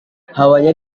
hawanya